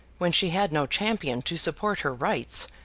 when she had no champion to support her rights,